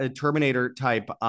Terminator-type